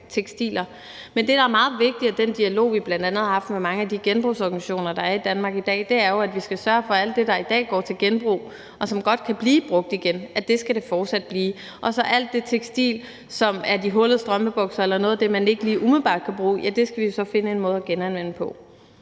Men det, der er meget vigtigt – og det er en dialog, vi bl.a. har haft med mange af de organisationer, der er i Danmark i dag – er jo, at vi skal sørge for, at det fortsat er sådan, at alt det, som godt kan blive brugt igen, går til genbrug, og hvad angår alt det tekstil, som f.eks. hullede strømpebukser eller andet, man ikke lige umiddelbart kan bruge, skal vi så finde en måde at genanvende det